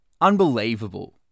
Unbelievable